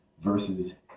versus